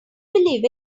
believe